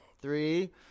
Three